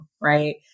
right